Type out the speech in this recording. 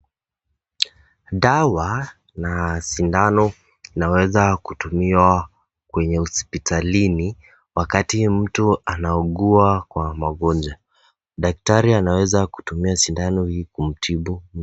Dawa na sindano inaweza kutumiwa hospitalini wakati mtu anaugua kwa maugonjwa. Daktari anaweza kutumia sindano hii kumtibu.